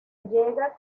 llega